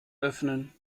öffnen